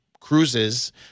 cruises